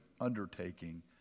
undertaking